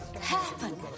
happen